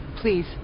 Please